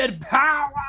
power